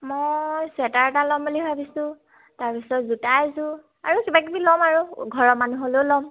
মই চুৱেটাৰ এটা ল'ম বুলি ভাবিছোঁ তাৰপিছত জোতা এযোৰ আৰু কিবা কিবি ল'ম আৰু ঘৰৰ মানুহলৈও ল'ম